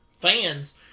fans